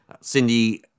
Cindy